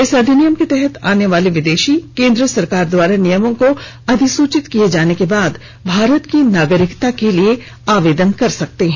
इस अधिनियम के तहत आने वाले विदेशी केन्द्र सरकार द्वारा नियमों को अधिसूचित किये जाने के बाद भारत की नागरिकता के लिए आवेदन कर सकते हैं